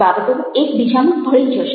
બાબતો એકબીજામાં ભળી જશે